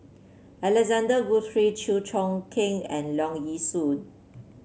Alexander Guthrie Chew Choo Keng and Leong Yee Soo